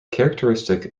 characteristic